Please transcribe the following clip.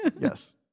Yes